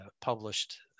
published